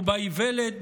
ובאיוולת,